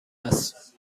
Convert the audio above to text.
است